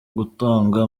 gutanga